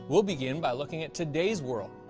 we'll begin by looking at today's world,